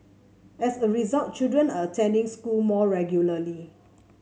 as a result children are attending school more regularly